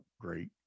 great